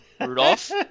Rudolph